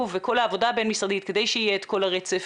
וחשוב בכל העבודה הבין-משרדית כדי שיהיה את כל הרצף.